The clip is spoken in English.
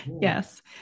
Yes